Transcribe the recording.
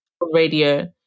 radio